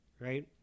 Right